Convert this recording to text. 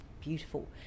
beautiful